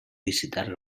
visitar